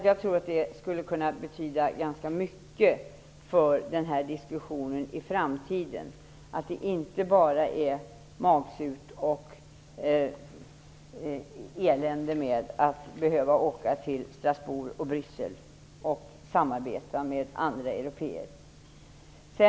Jag tror att det skulle kunna betyda ganska mycket för den här diskussionen i framtiden och att det inte bara är magsurt och elände med att behöva resa till Strasbourg och Bryssel och samarbeta med andra européer.